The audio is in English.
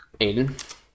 Aiden